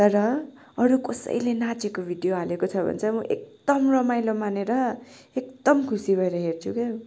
तर अरू कसैले नाचेको भिडियो हालेको छ भने चाहिँ म एकदम रमाइलो मानेर एकदम खुसी भएर हेर्छु कि